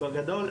בגדול,